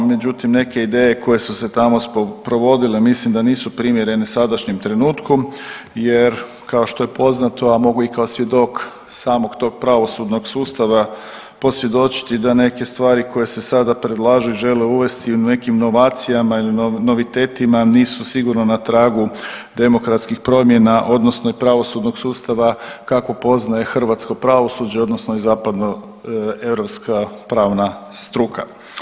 Međutim, neke ideje koje su se tamo provodile mislim da nisu primjerene sadašnjem trenutku, jer kao što je poznato a mogu i kao svjedok samog tog pravosudnog sustava posvjedočiti da neke stvari koje se sada predlažu i žele uvesti u nekim novacijama ili novitetima nisu sigurno na tragu demokratskih promjena, odnosno i pravosudnog sustava kakvo poznaje hrvatsko pravosuđe, odnosno i zapadno europska pravna struka.